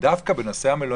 אבל לא כך בנושא המלוניות,